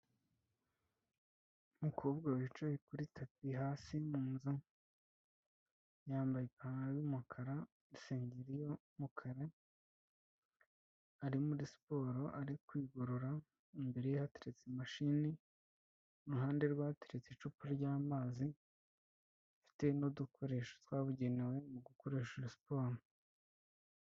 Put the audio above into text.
Umukobwa wicaye kuri tapi hasi munzu yambaye ipantaro y'umukara, isengeri y'umukara, ari muri siporo ari kwigorora, imbere ye hateretse imashini, iruhande rwe hateretse icupa ry'amazi, afite n'udukoresho twabugenewe mu gukoresha siporo.